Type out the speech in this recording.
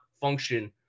function